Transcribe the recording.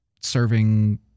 serving